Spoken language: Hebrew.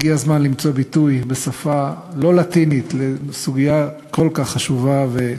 הגיע הזמן למצוא ביטוי בשפה לא לטינית לסוגיה כל כך חשובה.